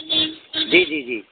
जी जी जी